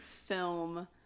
film